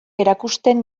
erakusten